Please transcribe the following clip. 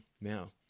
now